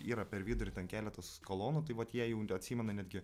yra per vidurį ten keletas kolonų tai vat jie jau atsimena netgi